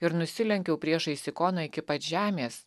ir nusilenkiau priešais ikoną iki pat žemės